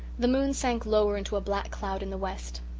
the moon sank lower into a black cloud in the west,